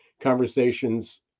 conversations